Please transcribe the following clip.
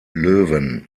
löwen